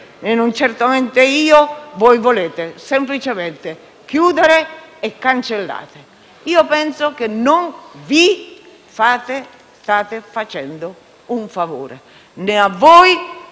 e non certamente io - volete semplicemente chiuderla e cancellarla. Penso che non vi state facendo un favore, né a voi,